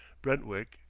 brentwick,